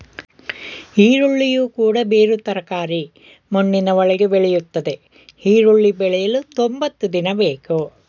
ಈರುಳ್ಳಿಯು ಕೂಡ ಬೇರು ತರಕಾರಿ ಮಣ್ಣಿನ ಒಳಗೆ ಬೆಳೆಯುತ್ತದೆ ಈರುಳ್ಳಿ ಬೆಳೆಯಲು ತೊಂಬತ್ತು ದಿನ ಬೇಕು